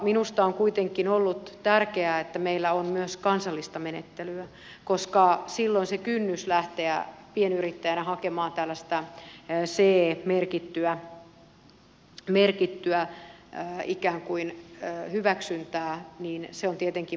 minusta on kuitenkin ollut tärkeää että meillä on myös kansallista menettelyä koska silloin se kynnys lähteä pienyrittäjänä hakemaan tällaista ce merkittyä ikään kuin hyväksyntää on tietenkin valtavan paljon korkeammalla